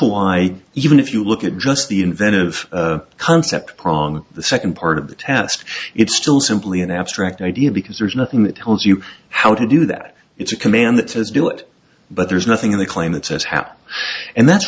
why even if you look at just the inventive concept prong the second part of the task it's still simply an abstract idea because there's nothing that tells you how to do that it's a command that says do it but there's nothing in the claim that says happy and that's